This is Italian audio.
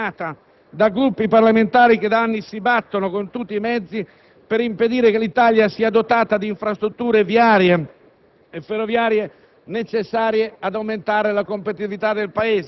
Non crede all'infrastrutturazione del Paese questa maggioranza, perché è condizionata da Gruppi parlamentari che da anni si battono con tutti i mezzi per impedire che l'Italia sia dotata di infrastrutture viarie